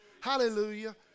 Hallelujah